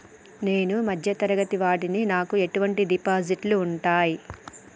నేను మధ్య తరగతి వాడిని నాకు ఎటువంటి డిపాజిట్లు ఉంటయ్?